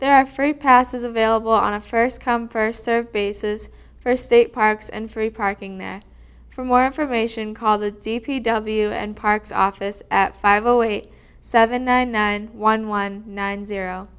there are free passes available on a first come first serve basis for state parks and free parking there for more information call the d p w and parks office at five zero eight seven nine nine one one nine zero